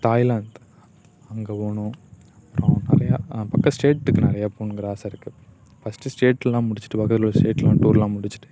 Thailand அங்கே போகணும் அப்புறோம் நிறையா ஸ்டேட்டுக்கு நிறைய போகணுங்கற ஆசை இருக்குது ஃபஸ்ட்டு ஸ்டேட்லாம் முடிச்சுட்டு பக்கத்தில் உள்ள ஸ்டேட்லாம் டூர்லாம் முடிச்சுட்டு